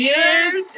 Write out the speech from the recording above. Year's